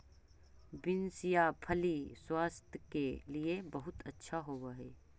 beans या फली स्वास्थ्य के लिए बहुत अच्छा होवअ हई